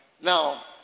Now